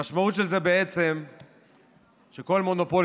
המשמעות של זה היא בעצם שכל מונופול